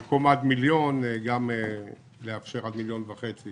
במקום עד מיליון שקל לאפשר עד 1.5 מיליון שקל,